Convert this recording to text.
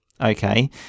okay